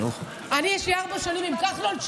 יש לי ארבע שנים עם כחלון,